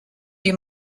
you